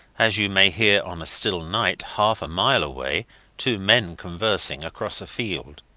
as you may hear on a still night half a mile away two men conversing across a field.